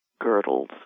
girdles